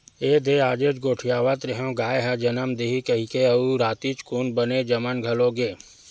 एदे आजेच गोठियावत रेहेंव गाय ह जमन दिही कहिकी अउ रतिहा कुन बने जमन घलो गे